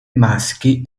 maschi